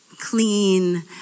clean